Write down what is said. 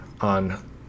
on